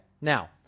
Now